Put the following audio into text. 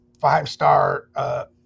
five-star